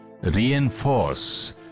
reinforce